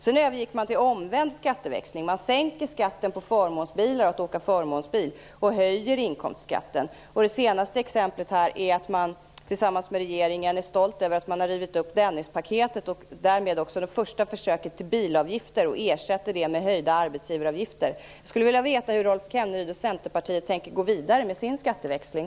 Sedan övergick man till omvänd skatteväxling. Man sänker skatten på förmånsbilar och höjer inkomstskatten. Det senaste exemplet är att man är stolt över att man tillsammans med regeringen har rivit upp Dennispaketet, och därmed också det försöket till bilavgifter, och ersätter det med höjda arbetsgivareavgifter. Jag skulle vilja veta hur Rolf Kenneryd och Centerpartiet tänker gå vidare med sin skatteväxling.